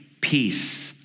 peace